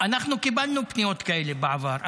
קיבלנו פניות כאלה בעבר,